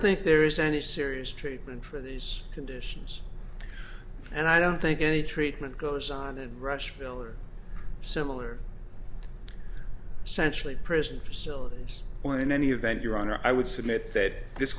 think there is any serious treatment for these conditions and i don't think any treatment goes on and rushville or similar century prison facilities when in any event your honor i would submit that this